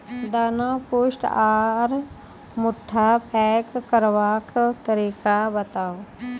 दाना पुष्ट आर भूट्टा पैग करबाक तरीका बताऊ?